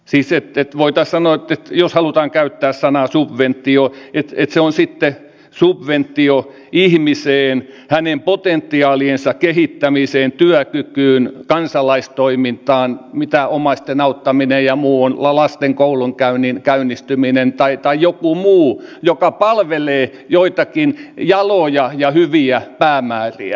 siis voitaisiin sanoa että jos halutaan käyttää sanaa subventio niin se on sitten subventio ihmiseen hänen potentiaaliensa kehittämiseen työkykyyn kansalaistoimintaan mitä omaisten auttaminen ja muu ovat lasten koulunkäynnin käynnistyminen tai joku muu joka palvelee joitakin jaloja ja hyviä päämääriä